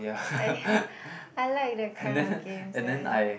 I I like that kind of games where